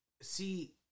See